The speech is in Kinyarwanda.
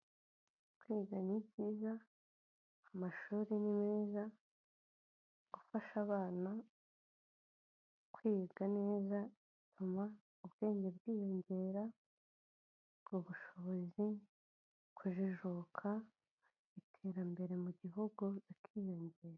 Kwiga ni byiza, amashuri ni meza, gufasha abana kwiga neza bituma ubwenge bwiyongera, ku bushobozi, kujijuka, iterambere mu gihugu rikiyongera.